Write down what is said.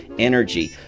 Energy